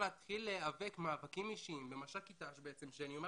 ולהיאבק מאבקים אישיים במש"קית ת"ש שאני אומר